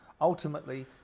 ultimately